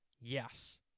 Yes